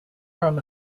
from